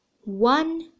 one